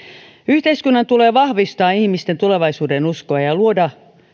yhteiskunnan tulee vahvistaa ihmisten tulevaisuudenuskoa ja ja luoda